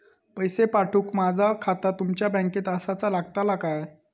पैसे पाठुक माझा खाता तुमच्या बँकेत आसाचा लागताला काय?